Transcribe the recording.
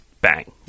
bang